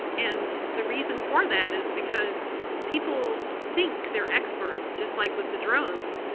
and the reason for that is because people think they're experts, just like with the drones,